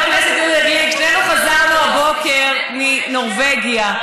שנינו חזרנו הבוקר מנורבגיה,